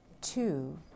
two